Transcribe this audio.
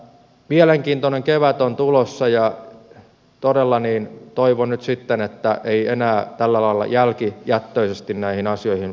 mielenkiintoinen kevät on tulossa ja todella toivon nyt sitten että ei enää tällä lailla jälkijättöisesti näihin asioihin paneuduta